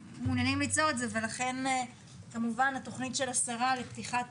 לכן כמובן התוכנית של השרה לפתיחת